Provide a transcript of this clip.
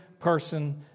person